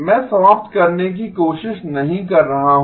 मैं समाप्त करने की कोशिश नहीं कर रहा हूं